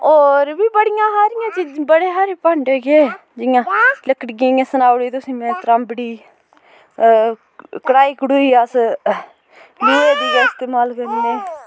होर बी बड़ियां हारियां चीजां बड़े हारे भांडे के जियां लकड़ियै दी सनाउड़ी तुसें में त्राबंडी कड़ाही कडुई अस लोहे दी गै इस्तेमाल करने